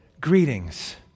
greetings